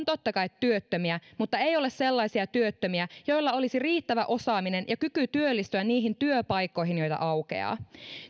totta kai työttömiä mutta ei ole sellaisia työttömiä joilla olisi riittävä osaaminen ja kyky työllistyä niihin työpaikkoihin joita aukeaa